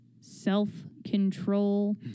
self-control